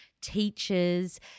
teachers